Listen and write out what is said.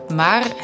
maar